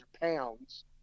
pounds